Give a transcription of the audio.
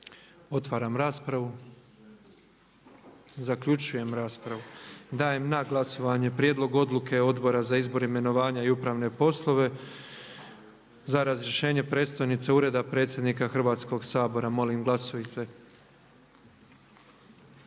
Otvaram raspravu. Zaključujem raspravu. Dajem na glasovanje prijedlog odluke Odbora za izbor, imenovanje i upravne poslove za razrješenje predstojnice Ureda predsjednika Hrvatskog sabora. Molim glasujte.